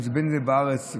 בין שזה בארץ,